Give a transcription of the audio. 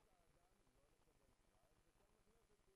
סדר-היום.